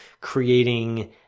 creating